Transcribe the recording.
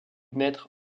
maître